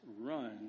run